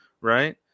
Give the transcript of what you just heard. Right